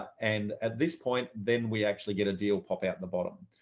and at this point, then we actually get a deal pop out of the bottom.